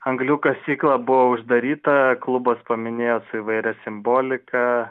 anglių kasykla buvo uždaryta klubas paminėjo su įvairia simbolika